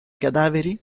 cadaveri